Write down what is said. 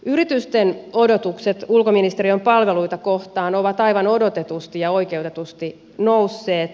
yritysten odotukset ulkoministeriön palveluita kohtaan ovat aivan odotetusti ja oikeutetusti nousseet